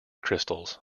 crystals